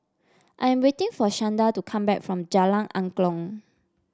I am waiting for Shanda to come back from Jalan Angklong